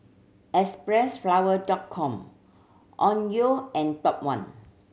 Xpressflower Dot Com Onkyo and Top One